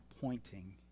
pointing